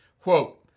Quote